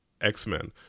X-Men